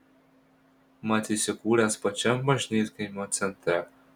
mat įsikūręs pačiam bažnytkaimio centre